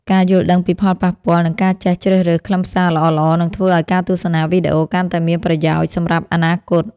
ការយល់ដឹងពីផលប៉ះពាល់និងការចេះជ្រើសរើសខ្លឹមសារល្អៗនឹងធ្វើឱ្យការទស្សនាវីដេអូកាន់តែមានប្រយោជន៍សម្រាប់អនាគត។